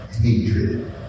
Hatred